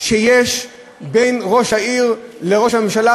שיש בין ראש העיר לראש הממשלה,